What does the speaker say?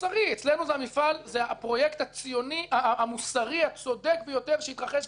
אצלנו זה הפרויקט הציוני המוסרי הצודק ביותר שהתרחש בעולם